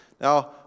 Now